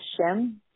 Hashem